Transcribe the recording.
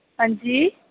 हां जी